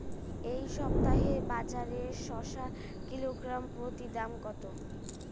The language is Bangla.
এই সপ্তাহে বাজারে শসার কিলোগ্রাম প্রতি দাম কত?